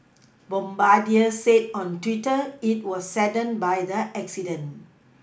Bombardier said on Twitter it was saddened by the accident